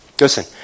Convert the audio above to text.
Listen